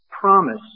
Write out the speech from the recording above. promise